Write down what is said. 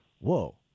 Whoa